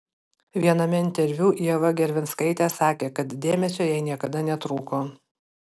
viename interviu ieva gervinskaitė sakė kad dėmesio jai niekada netrūko